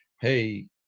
Hey